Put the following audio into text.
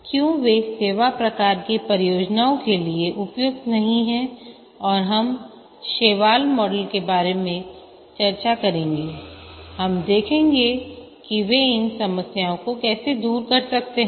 क्यों वे सेवा प्रकार की परियोजनाओं के लिए उपयुक्त नहीं हैं और हम शैवाल मॉडल के बारे में चर्चा करेंगे हम देखेंगे कि वे इन समस्याओं को कैसे दूर करते हैं